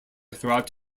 throughout